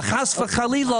חס וחלילה,